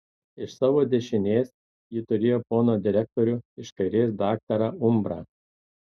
iš savo dešinės ji turėjo poną direktorių iš kairės daktarą umbrą